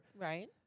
Right